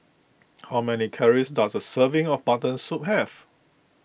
how many calories does a serving of Mutton Soup have